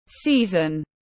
season